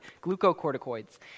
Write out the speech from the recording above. Glucocorticoids